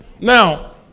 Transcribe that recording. Now